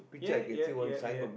ya ya ya ya